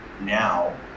now